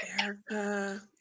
Erica